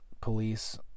police